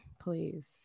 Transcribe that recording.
please